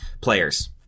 players